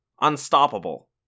Unstoppable